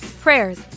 prayers